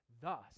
Thus